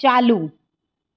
ચાલુ